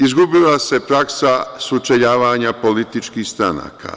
Izgubila se praksa sučeljavanja političkih stranaka.